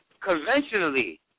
conventionally